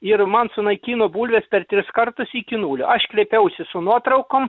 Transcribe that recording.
ir man sunaikino bulves per tris kartus iki nulio aš kreipiausi su nuotraukom